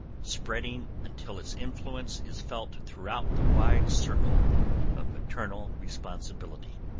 spreading until its influence is felt throughout the wide circle of maternal responsibility.